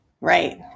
right